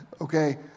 Okay